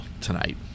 tonight